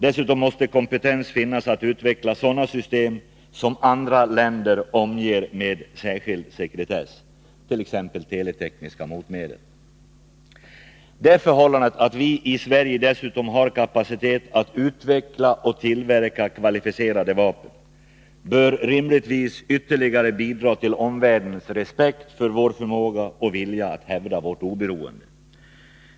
Dessutom måste kompetens finnas för att utveckla sådana system som andra länder omger med särskild sekretess, t.ex. teletekniska motmedel. Det förhållandet att vi i Sverige dessutom har kapacitet att utveckla och tillverka kvalificerade vapen bör rimligtvis ytterligare bidra till omvärldens respekt för vår förmåga och vilja att hävda vårt oberoende.